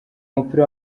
mupira